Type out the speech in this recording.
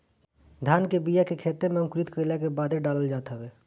धान के बिया के खेते में अंकुरित कईला के बादे डालल जात हवे